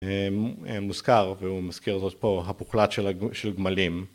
מוזכר והוא מזכיר זאת פה, הפוכלת של גמלים.